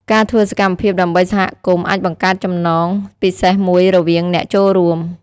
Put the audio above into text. ការធ្វើសកម្មភាពដើម្បីសហគមន៍អាចបង្កើតចំណងពិសេសមួយរវាងអ្នកចូលរួម។